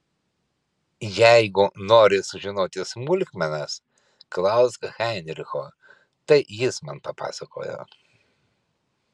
jeigu nori sužinoti smulkmenas klausk heinricho tai jis man papasakojo